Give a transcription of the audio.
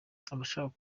abashaka